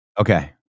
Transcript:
Okay